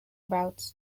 routes